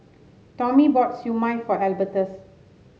Tommie bought Siew Mai for Albertus